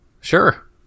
sure